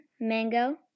mango